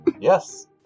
Yes